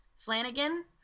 Flanagan